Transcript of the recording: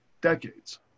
decades